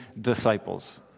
disciples